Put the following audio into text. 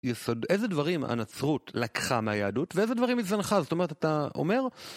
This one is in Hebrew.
איזה דברים הנצרות לקחה מהיהדות, ואיזה דברים היא זנחה? זאת אומרת, אתה אומר...